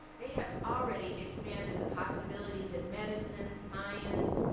they have already expanded the possibilities in medicine, science,